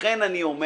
אני אומר